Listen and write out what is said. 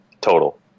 total